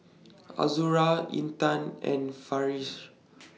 Azura Intan and Farish